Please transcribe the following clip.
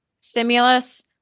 stimulus